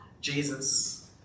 Jesus